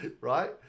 right